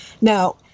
Now